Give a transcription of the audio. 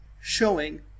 showing